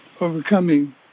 overcoming